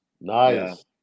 nice